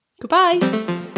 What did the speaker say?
goodbye